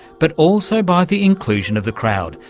but also by the inclusion of the crowd,